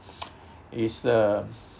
is uh